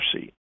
seat